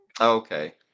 okay